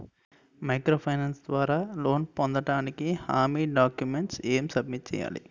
Micro finance ద్వారా loan పొందటానికి హామీ డాక్యుమెంట్స్ ఎం సబ్మిట్ చేయాలి?